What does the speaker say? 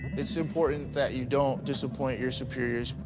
it's important that you don't disappoint your superiors,